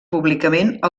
públicament